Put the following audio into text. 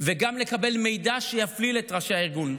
וגם לקבל מידע שיפליל את ראשי הארגון,